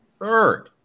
third